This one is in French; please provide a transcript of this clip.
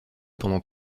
pendant